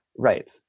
Right